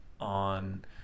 on